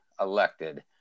elected